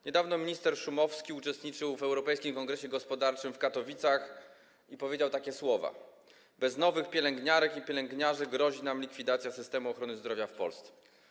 Niedawno minister Szumowski uczestniczył w Europejskim Kongresie Gospodarczym w Katowicach, gdzie wypowiedział takie słowa: Bez nowych pielęgniarek i pielęgniarzy grozi nam likwidacja systemu ochrony zdrowia w Polsce.